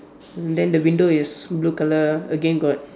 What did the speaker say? then the window is blue colour again got